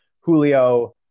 Julio